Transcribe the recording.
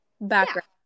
background